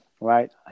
right